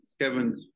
Kevin